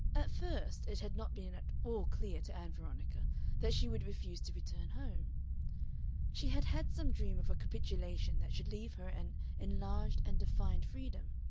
at first it had not been at all clear to ann veronica that she would refuse to return home she had had some dream of a capitulation that should leave her an enlarged and defined freedom,